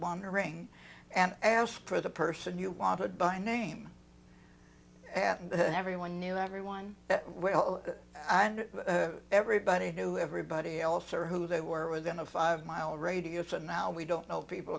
wandering and asked for the person you wanted by name yeah but everyone knew everyone that well and everybody knew everybody else or who they were within a five mile radius and now we don't know people